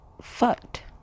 fucked